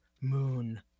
moon